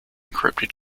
encrypted